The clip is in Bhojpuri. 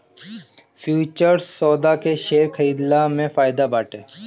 फ्यूचर्स सौदा के शेयर खरीदला में फायदा बाटे